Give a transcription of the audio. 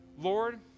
Lord